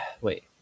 wait